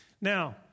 Now